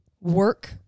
work